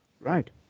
Right